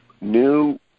new